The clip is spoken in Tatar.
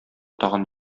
тагын